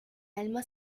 alma